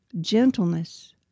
gentleness